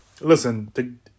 Listen